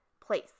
place